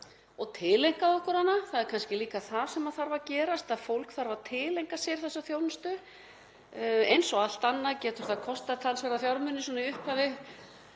og tileinkað okkur hana, það er kannski líka það sem þarf að gerast að fólk þarf að tileinka sér þessa þjónustu eins og allt annað, getur það kostað talsverða fjármuni í upphafi